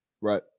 Right